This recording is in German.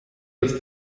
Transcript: das